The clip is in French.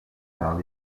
par